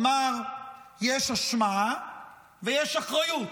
אמר שיש אשמה ויש אחריות.